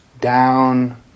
down